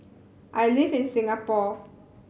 I live in Singapore